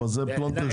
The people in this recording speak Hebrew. זה פלונטר שצריך לפתור.